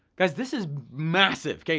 guys, this is massive.